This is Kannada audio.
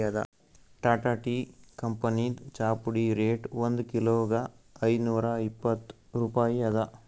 ಟಾಟಾ ಟೀ ಕಂಪನಿದ್ ಚಾಪುಡಿ ರೇಟ್ ಒಂದ್ ಕಿಲೋಗಾ ಐದ್ನೂರಾ ಇಪ್ಪತ್ತ್ ರೂಪಾಯಿ ಅದಾ